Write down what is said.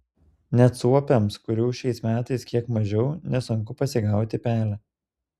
net suopiams kurių šiais metais kiek mažiau nesunku pasigauti pelę